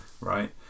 Right